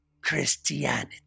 Christianity